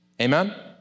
amen